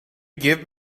give